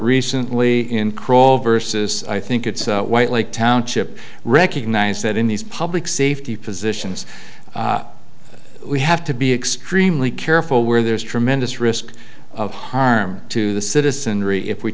recently in crawl versus i think it's a white lake township recognize that in these public safety positions we have to be extremely careful where there's tremendous risk of harm to the citizenry if we